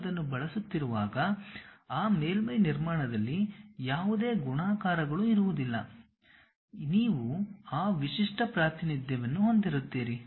ನೀವು ಅದನ್ನು ಬಳಸುತ್ತಿರುವಾಗ ಆ ಮೇಲ್ಮೈ ನಿರ್ಮಾಣದಲ್ಲಿ ಯಾವುದೇ ಗುಣಾಕಾರಗಳು ಇರುವುದಿಲ್ಲ ನೀವು ಆ ವಿಶಿಷ್ಟ ಪ್ರಾತಿನಿಧ್ಯವನ್ನು ಹೊಂದಿರುತ್ತೀರಿ